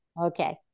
Okay